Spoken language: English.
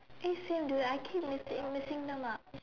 eh same dude I keep mixing mixing them up